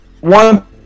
One